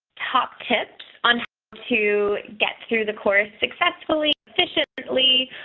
top tips on to get through the course successfully, efficiently,